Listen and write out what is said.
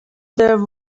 there